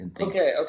okay